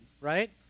Right